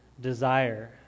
desire